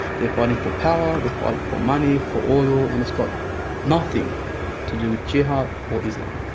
they're fighting for power, they're fighting for money, for oil, and it's got nothing to do with jihad or islam.